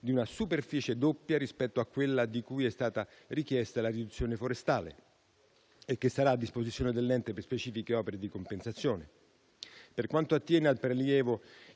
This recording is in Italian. di una superficie doppia rispetto a quella di cui è stata richiesta la riduzione forestale e che sarà a disposizione dell'ente per specifiche opere di compensazione. Per quanto attiene al prelievo